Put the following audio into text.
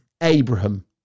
Abraham